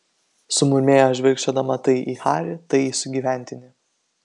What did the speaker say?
sumurmėjo žvilgčiodama tai į harį tai į sugyventinį